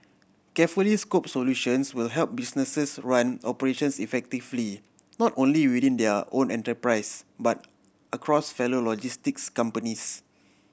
carefully scope solutions will help businesses run operations effectively not only within their own enterprise but across fellow logistics companies